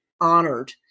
honored